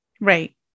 Right